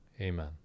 Amen